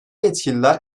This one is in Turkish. yetkililer